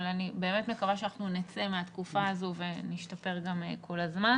אבל אני באמת מקווה שאנחנו נצא מהתקופה הזו ונשתפר כל הזמן.